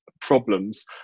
problems